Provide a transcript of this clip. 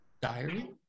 diary